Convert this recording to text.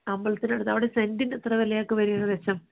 അമ്പലത്തിനടുത്ത് അവിടെ സെൻറിന് എത്ര വിലയൊക്കെ വരും ഏകദേശം